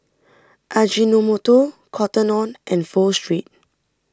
Ajinomoto Cotton on and Pho Street